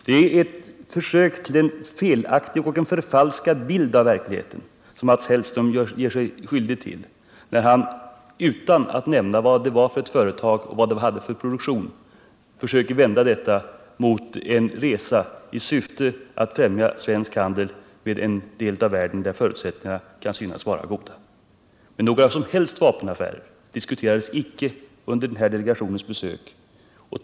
Det är ett försök att ge en felaktig eller förfalskad bild av verkligheten som Mats Hellström gör sig skyldig till när han, utan att nämna vad det var för företag eller vad det hade för produktion, försöker vända detta mot en resa i syfte att främja svensk handel i en del av världen där förutsättningarna för en sådan kan synas vara goda. Några som helst vapenaffärer diskuterades alltså icke under denna delegations besök.